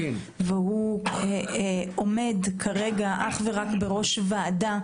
והוא עומד כרגע אך ורק בראש ועדה,